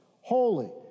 holy